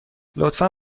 لطفا